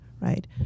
Right